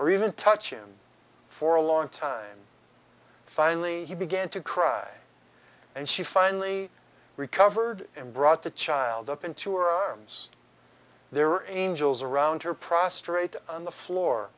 or even touch him for a long time finally he began to cry and she finally recovered and brought the child up into her arms there are angels around her prostrate on the floor